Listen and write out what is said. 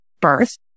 birth